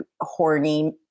horny